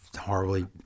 horribly